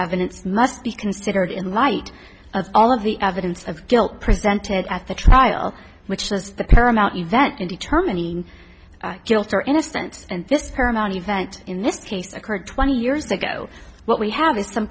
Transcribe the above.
evidence must be considered in light of all of the evidence of guilt presented at the trial which was the paramount event in determining guilt or innocence and this paramount event in this case occurred twenty years ago what we have is some